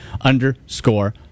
underscore